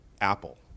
apple